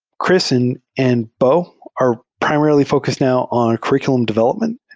kris and and beau are primarily focused now on curr iculum development.